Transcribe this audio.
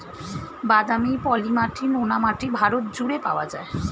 বাদামি, পলি মাটি, নোনা মাটি ভারত জুড়ে পাওয়া যায়